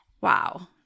Wow